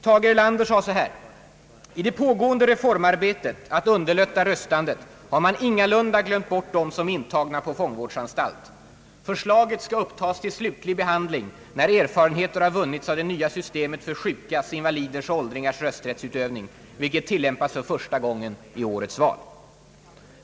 Tage Erlander sade så här: »I det pågående reformarbetet har man ingalunda glömt bort dem som är intagna på fångvårdsanstalt.» Förslaget skall »upptas till slutlig behandling när erfarenheter har vunnits av det nya systemet för sjukas, invaliders och åldringars rösträttsutövning, vilket tillämpas för första gången i årets val».